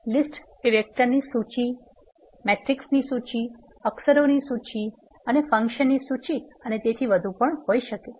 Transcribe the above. list એ વેક્ટરની સૂચિ મેટ્રિસની સૂચિ અક્ષરોની સૂચિ અને ફન્કશનની સૂચિ અને તેથી વધુ હોઈ શકે છે